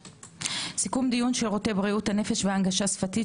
סיכום דיון שירותי בריאות הנפש והנגשה שפתית